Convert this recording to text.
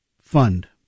fund